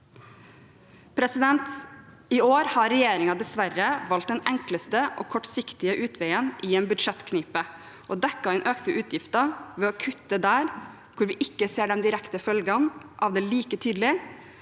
landet. I år har regjeringen dessverre valgt den enkleste og kortsiktige utveien i en budsjettknipe og dekket inn økte utgifter ved å kutte der hvor vi ikke ser de direkte følgene av det like tydelig